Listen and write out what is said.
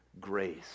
grace